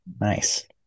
Nice